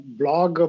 blog